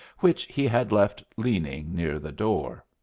which he had left leaning near the door.